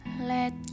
let